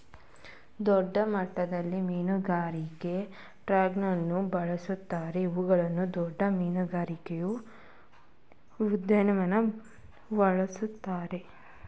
ದೊಡ್ಡಮಟ್ಟದಲ್ಲಿ ಮೀನುಗಾರಿಕೆಗೆ ಟ್ರಾಲರ್ಗಳನ್ನು ಬಳಸಲಾಗುತ್ತದೆ ಇವುಗಳನ್ನು ದೊಡ್ಡ ಮೀನುಗಾರಿಕೆಯ ಉದ್ಯಮಿಗಳು ಬಳ್ಸತ್ತರೆ